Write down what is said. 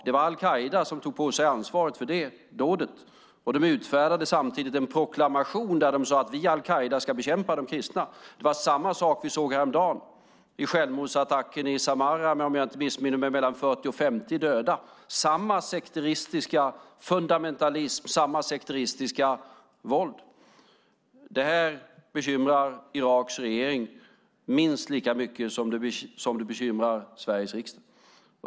Det var al-Qaida som tog på sig ansvaret för det dådet. De utfärdade samtidigt en proklamation där de sade att al-Qaida ska bekämpa de kristna. Det var samma sak vi såg häromdagen i självmordsattacken i Samarra med, om jag inte missminner mig, mellan 40 och 50 döda. Det var samma sekteristiska fundamentalism och samma sekteristiska våld. Detta bekymrar Iraks regering minst lika mycket som det bekymrar Sveriges riksdag.